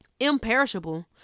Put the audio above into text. Imperishable